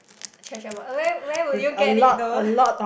treasure box where where would you get it though